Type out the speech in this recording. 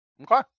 Okay